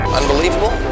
unbelievable